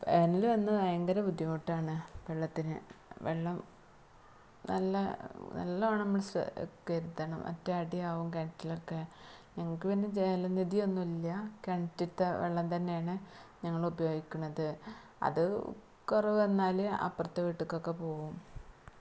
എല്ലാം എന്നും ഭയങ്കര ബുദ്ധിമുട്ടാണ് വെള്ളത്തിന് വെള്ളം നല്ല നല്ലോണം നമ്മൾ ഒറ്റ അടിയാവും കിണറിലൊക്കെ ഞങ്ങൾക്ക് പിന്നെ ജലനിധിയൊന്നുമില്ല കിണറ്റിലത്തെ വെള്ളം തന്നെയാണ് ഞങ്ങൾ ഉപയോഗിക്കുന്നത് അത് കുറവ് വന്നാൽ അപ്പുറത്തെ വീട്ടിലേക്ക് ഒക്കെ പോവും